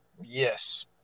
Yes